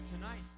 tonight